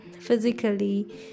physically